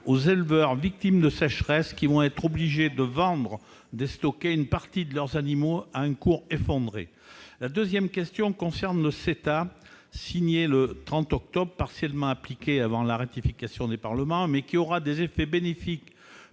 aux éleveurs victimes de sécheresse qui vont être obligés de vendre, de déstocker une partie de leurs animaux à un cours effondré ? Ma deuxième question concerne le CETA, signé le 30 octobre, partiellement appliqué avant la ratification des parlements. Celui-ci aura des effets bénéfiques